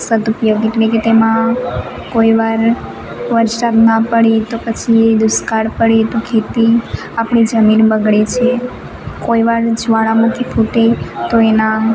સદુપયોગ એટલે કે તેમાં કોઈ વાર વરસાદ ના પડે તો પછી એ દુષ્કાળ પડે તો ખેતી આપણી જમીન બગડે છે કોઈ વાર જવાળામુખી ફૂટે તો એના